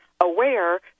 aware